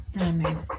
Amen